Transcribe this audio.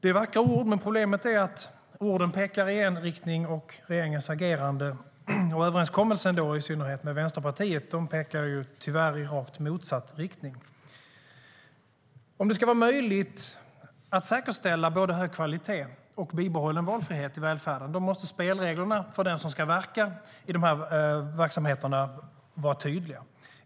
Det är vackra ord, men problemet är att orden pekar i en riktning och regeringens agerande och överenskommelsen i synnerhet med Vänsterpartiet tyvärr pekar i rakt motsatt riktning. Om det ska vara möjligt att säkerställa både hög kvalitet och bibehållen valfrihet i välfärden måste spelreglerna för den som ska verka i dessa verksamheter vara tydliga.